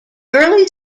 early